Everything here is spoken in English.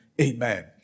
Amen